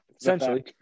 essentially